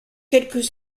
quelques